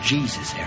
Jesus